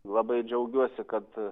labai džiaugiuosi kad